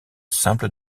simple